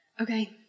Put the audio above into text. Okay